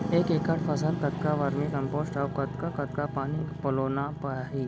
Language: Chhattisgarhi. एक एकड़ फसल कतका वर्मीकम्पोस्ट अऊ कतका कतका पानी पलोना चाही?